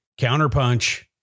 counterpunch